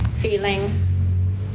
feeling